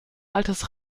altes